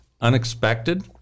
unexpected